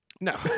No